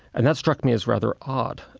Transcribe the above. and that struck me as rather odd.